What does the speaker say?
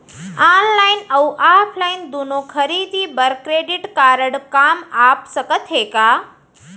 Online अऊ offline दूनो खरीदी बर क्रेडिट कारड काम आप सकत हे का?